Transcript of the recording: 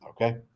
okay